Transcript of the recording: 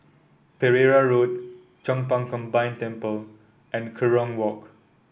Pereira Road Chong Pang Combined Temple and Kerong Walk